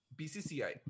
bcci